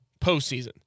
postseason